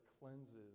cleanses